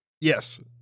Yes